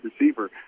receiver